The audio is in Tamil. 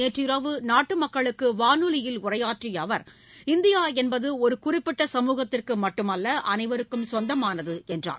நேற்றிரவு நாட்டு மக்களுக்கு வானொலியில் உரையாற்றிய அவர் இந்தியா என்பது ஒரு குறிப்பிட்ட சமூகத்திற்கு மட்டுமல்ல அனைவருக்கும் சொந்தமானது என்றார்